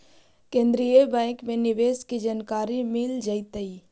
केन्द्रीय बैंक में निवेश की जानकारी मिल जतई